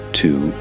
two